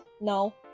No